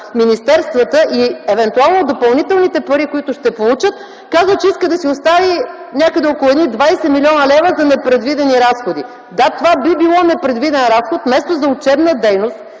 министерствата и евентуално допълнителните пари, които ще получат, казва, че иска да си остави около 20 млн. лв. за непредвидени разходи. Да, това би било непредвиден разход – вместо за учебна дейност,